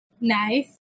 Nice